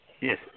Yes